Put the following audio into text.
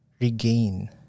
regain